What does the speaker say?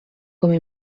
come